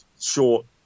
short